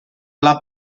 alla